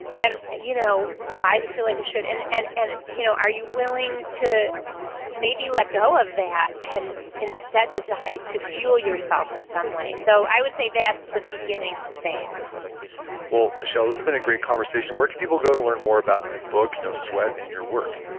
and you know why does it feel like a should? and and and you know are you willing to maybe let go of that, and instead decide to fuel yourself in some way? so i would say that's the beginning phase well, michelle, this has been a great conversation. where can people go to learn more about the book, no sweat, and your work?